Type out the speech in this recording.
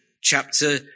chapter